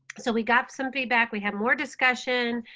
so we got some feedback, we had more discussion,